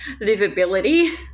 livability